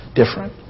different